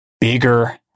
bigger